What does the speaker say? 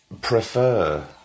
prefer